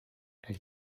elle